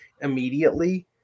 immediately